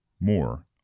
More